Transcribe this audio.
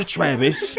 Travis